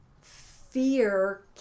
fear